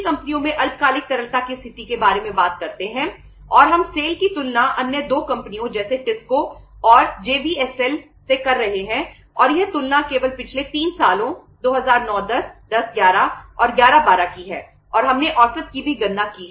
current asset से कर रहे हैं और यह तुलना केवल पिछले 3 सालों 2009 10 10 11 और 11 12 की है और हमने औसत की भी गणना की है